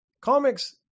Comics